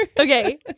Okay